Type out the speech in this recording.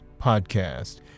Podcast